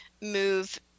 move